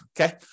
okay